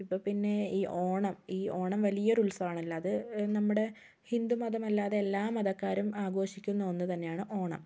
ഇപ്പം പിന്നേ ഈ ഓണം ഈ ഓണം വലിയൊരുത്സവമാണല്ലോ അത് നമ്മുടെ ഹിന്ദുമതമല്ലാതെ എല്ലാ മതക്കാരും ആഘോഷിക്കുന്ന ഒന്ന് തന്നെയാണ് ഓണം